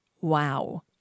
Wow